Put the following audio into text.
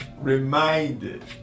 reminded